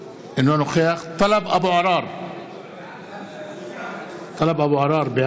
(קורא בשמות חברי הכנסת) עבדאללה אבו מערוף,